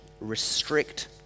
restrict